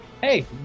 hey